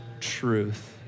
truth